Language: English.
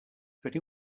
pretty